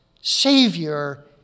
Savior